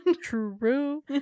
True